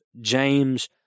James